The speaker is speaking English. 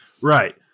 Right